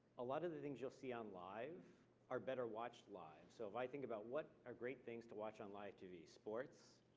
a lot of the things you'll see live are better watched live, so if i think about what are great things to watch on live tv? sports,